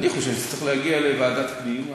אני חושב שזה צריך להגיע לוועדת הפנים,